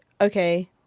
okay